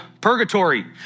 Purgatory